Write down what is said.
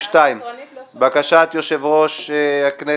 יש מישהו שרוצה לומר משהו?